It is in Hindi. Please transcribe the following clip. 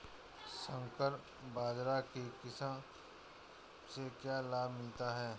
संकर बाजरा की किस्म से क्या लाभ मिलता है?